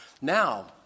Now